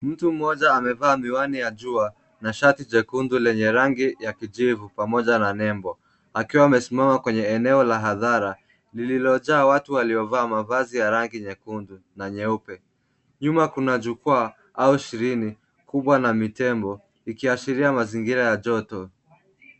Mtu mmoja amevaa miwani ya jua na shati jekundu lenye rangi ya kijivu pamoja na nembo. Akiwa amesimama kwenye eneo la hadhara lililojaa watu waliovaa mavazi ya rangi nyekundu na nyeupe . Nyuma kuna jukwaa au shrini kubwa na mitembo vikiashiria mazingira ya joto.